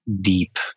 deep